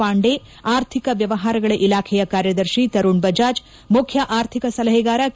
ಪಾಂಡೆ ಆರ್ಥಿಕ ವ್ಯವಹಾರಗಳ ಇಲಾಖೆಯ ಕಾರ್ಯದರ್ಶಿ ತರುಣ್ ಬಜಾಜ್ ಮುಖ್ಯ ಆರ್ಥಿಕ ಸಲಹೆಗಾರ ಕೆ